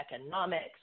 economics